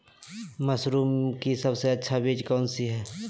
Mushroom की सबसे अच्छी बीज कौन सी है?